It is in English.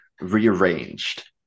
rearranged